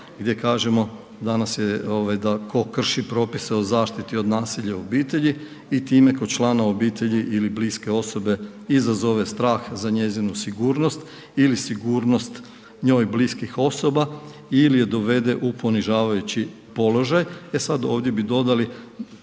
gdje kažemo danas da tko krši propise o zaštiti od nasilja u obitelji i time kod članova u obitelji ili bliske osobe i izazove strah za njezinu sigurnost ili sigurnost njoj bliskih osoba ili je dovede u ponižavajući položaj, e sad, ovdje bi dodali